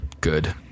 good